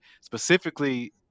specifically